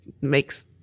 makes